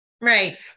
Right